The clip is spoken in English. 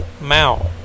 Mao